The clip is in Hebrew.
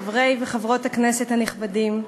חברי וחברות הכנסת הנכבדים,